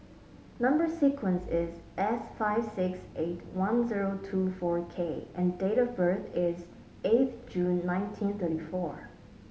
number sequence is S five six eight one zero two four K and date of birth is eighth June nineteen thirty four